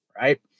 Right